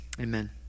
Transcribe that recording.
Amen